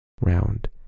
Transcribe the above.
round